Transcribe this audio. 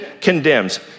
condemns